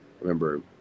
remember